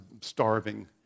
starving